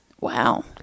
Wow